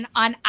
on